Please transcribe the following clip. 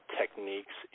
techniques